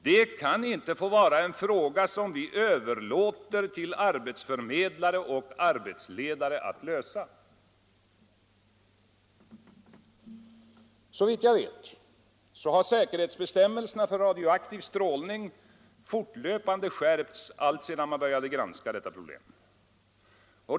Det kan inte få vara en fråga som vi överlåter åt arbetsförmedlare och arbetsledare att lösa. Såvitt jag vet har säkerhetsbestämmelserna för radioaktiv strålning fortlöpande skärpts alltsedan detta problem började granskas.